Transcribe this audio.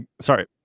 sorry